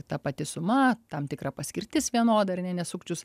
ta pati suma tam tikra paskirtis vienoda ar ne nes sukčius